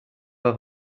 pas